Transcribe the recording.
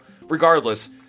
Regardless